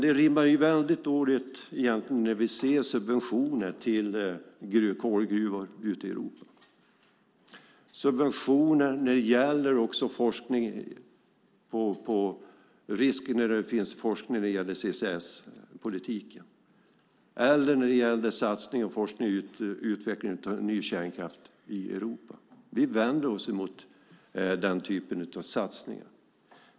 Det rimmar väldigt dåligt med subventionerna till kolgruvor ute i Europa, till forskning om risker med CCS-politiken och till satsningar på forskning och utveckling av ny kärnkraft i Europa. Vi vänder oss emot den typen av satsningar.